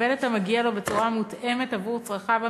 יקבל את המגיע לו בצורה מותאמת עבור צרכיו המיוחדים,